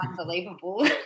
unbelievable